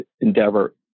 endeavor